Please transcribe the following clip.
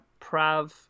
Prav